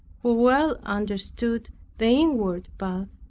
who well understood the inward path,